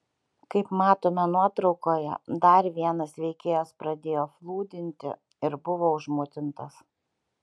kaip matome nuotraukoje dar vienas veikėjas pradėjo flūdinti ir buvo užmutintas